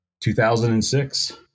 2006